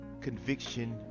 Conviction